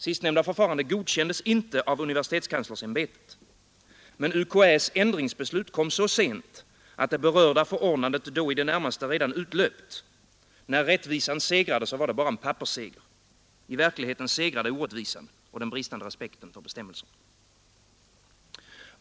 Sistnämnda förfarande godkändes inte av universitetskanslersämbetet. Men UKÄ:s ändringsbeslut kom så sent att det berörda förordnandet då i det närmaste redan utlöpt. När rättvisan segrade var det bara en pappersseger. I verkligheten segrade orättvisan och den bristande respekten för bestämmelserna.